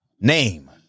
Name